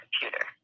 computer